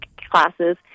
classes